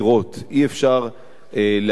אי-אפשר להחליף,